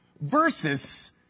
versus